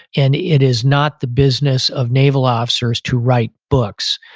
and it is not the business of naval officers to write books.